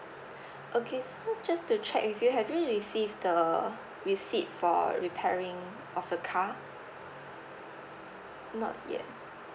okay so just to check with you have you received the receipt for repairing of the car not yet